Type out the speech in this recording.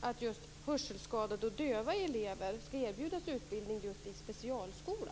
att just hörselskadade och döva elever ska erbjudas utbildning i specialskola?